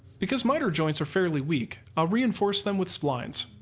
because miter joints are fairly weak, i'll reinforce them with splines.